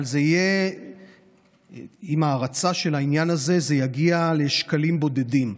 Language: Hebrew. אבל עם ההרצה של העניין הזה זה יגיע לשקלים בודדים.